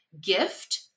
gift